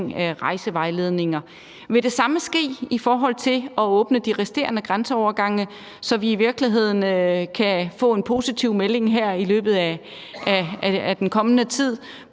rejsevejledninger. Vil det samme ske i forhold til at åbne de resterende grænseovergange, så vi i virkeligheden kan få en positiv melding her i løbet af den kommende tid,